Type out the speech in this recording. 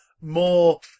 more